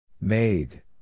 Made